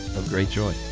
of great joy.